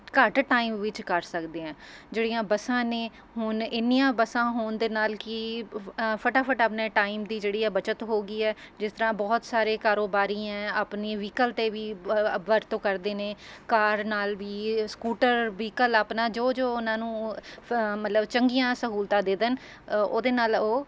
ਘੱਟ ਟਾਈਮ ਵਿੱਚ ਕਰ ਸਕਦੇ ਹਾਂ ਜਿਹੜੀਆਂ ਬੱਸਾਂ ਨੇ ਹੁਣ ਇੰਨੀਆਂ ਬੱਸਾਂ ਹੋਣ ਦੇ ਨਾਲ ਕੀ ਫਟਾਫਟ ਆਪਣੇ ਟਾਈਮ ਦੀ ਜਿਹੜੀ ਹੈ ਬੱਚਤ ਹੋ ਗਈ ਹੈ ਜਿਸ ਤਰ੍ਹਾਂ ਬਹੁਤ ਸਾਰੇ ਕਾਰੋਬਾਰੀ ਹੈ ਆਪਣੀ ਵਹੀਕਲ 'ਤੇ ਵੀ ਵਰਤੋਂ ਕਰਦੇ ਨੇ ਕਾਰ ਨਾਲ ਵੀ ਸਕੂਟਰ ਵਹੀਕਲ ਆਪਣਾ ਜੋ ਜੋ ਉਹਨਾਂ ਨੂੰ ਮਤਲਬ ਚੰਗੀਆਂ ਸਹੂਲਤਾਂ ਦੇ ਦੇਣ ਉਹਦੇ ਨਾਲ਼ ਉਹ